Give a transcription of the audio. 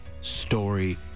Story